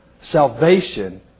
salvation